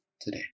today